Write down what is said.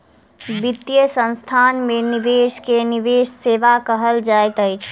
वित्तीय संस्थान में निवेश के निवेश सेवा कहल जाइत अछि